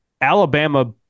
Alabama